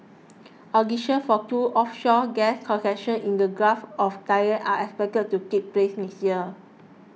auctions for two offshore gas concessions in the Gulf of Thailand are expected to take place next year